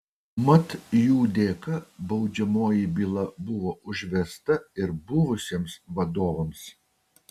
mat jų dėka baudžiamoji byla buvo užvesta ir buvusiems vadovams